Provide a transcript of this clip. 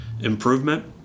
improvement